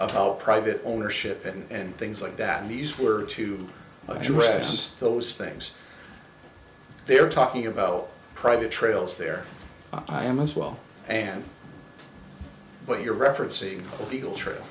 of our private ownership and things like that and these were to address those things they're talking about private trails there i am as well and but you're referencing a legal trail